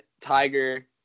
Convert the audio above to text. Tiger